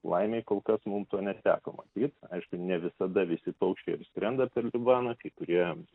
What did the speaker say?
laimei kol kas mum to neteko matyt aišku ne visada visi paukščiai ir skrenda per libaną kai kurie